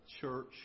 church